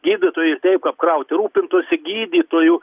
gydytojai ir taip apkrauti rūpintųsi gydytojų